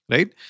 Right